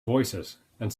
voicesand